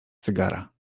cygara